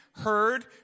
heard